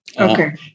Okay